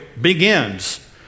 begins